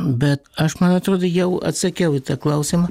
bet aš man atrodo jau atsakiau į tą klausimą